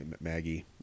Maggie